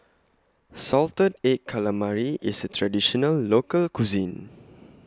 Salted Egg Calamari IS A Traditional Local Cuisine